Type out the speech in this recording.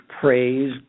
praise